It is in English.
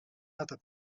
other